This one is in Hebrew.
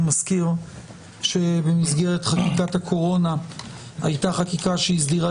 אני מזכיר שבמסגרת חקיקת הקורונה הייתה חקיקה שהסדירה